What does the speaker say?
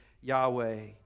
Yahweh